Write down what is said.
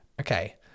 Okay